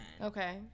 Okay